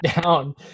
down